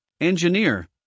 engineer